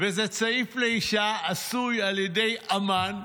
וזה צעיף לאישה עשוי על ידי אומן,